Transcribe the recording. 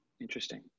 Interesting